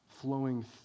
flowing